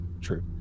True